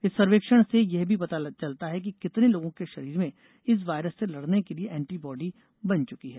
इस सर्वेक्षण से यह भी पता चलता है कि कितने लोगों के षरीर में इस वायरस से लड़ने के लिए एंटीबॉडी बन चुकी है